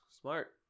Smart